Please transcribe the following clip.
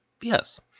Yes